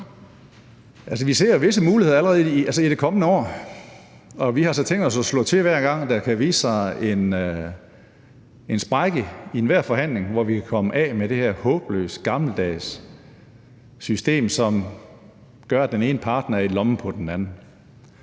Vi ser visse muligheder allerede i det kommende år, og vi har så tænkt os at slå til, hver gang der viser sig en sprække i enhver forhandling, hvor vi kan komme af med det her håbløst gammeldags system, som gør, at den ene partner er i lommen på den anden.